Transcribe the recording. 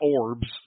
orbs